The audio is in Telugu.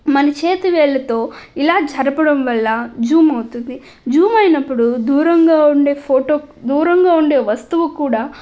మన చేతి వేళ్లతో ఇలా జరపడం వల్ల జూమ్ అవుతుంది జూమ్ అయినప్పుడు దూరంగా ఉండే ఫోటో దూరంగా ఉండే వస్తువు కూడా